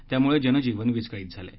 त्यामुळे जनजीवन विस्कळीत झालं आहे